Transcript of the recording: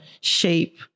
shape